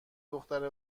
دختر